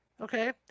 okay